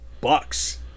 Bucks